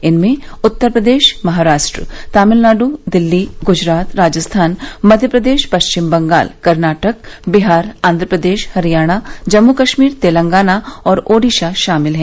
इनमें उत्तर प्रदेश महाराष्ट्र तमिलनाडु दिल्ली गुजरात राजस्थान मध्यप्रदेश पश्चिम बंगाल कर्नाटक बिहार आंध्रप्रदेश हरियाणा जम्मू कश्मीर तेलगाना और ओडिसा शामिल हैं